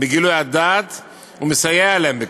בגילוי הדעת ומסייעת להם בכך.